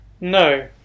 no